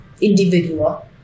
Individual